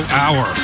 hour